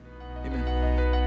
Amen